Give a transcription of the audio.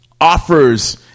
offers